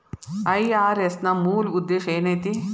IRS ನ ಮೂಲ್ ಉದ್ದೇಶ ಏನೈತಿ?